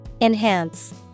enhance